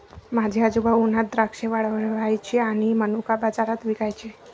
माझे आजोबा उन्हात द्राक्षे वाळवायचे आणि मनुका बाजारात विकायचे